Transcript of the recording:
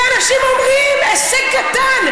ואנשים אומרים: הישג קטן.